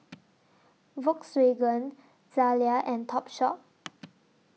Volkswagen Zalia and Topshop